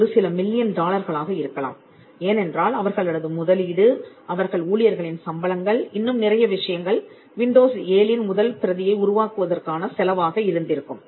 அது ஒரு சில மில்லியன் டாலர்களாக இருக்கலாம் ஏனென்றால் அவர்களது முதலீடு அவர்கள் ஊழியர்களின் சம்பளங்கள் இன்னும் நிறைய விஷயங்கள் விண்டோஸ் 7 இன் முதல் பிரதியை உருவாக்குவதற்கான செலவாக இருந்திருக்கும்